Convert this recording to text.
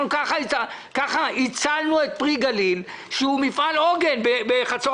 כך הצלנו את פרי גליל שהוא מפעל עוגן בחצור